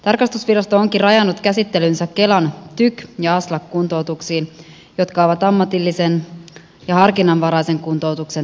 tarkastusvirasto onkin rajannut käsittelynsä kelan tyk ja aslak kuntoutuksiin jotka ovat ammatillisen ja harkinnanvaraisen kuntoutuksen toimenpiteitä